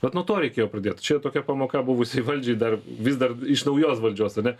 vat nuo to reikėjo pradėt čia tokia pamoka buvusiai valdžiai dar vis dar iš naujos valdžios ar ne